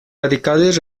radicales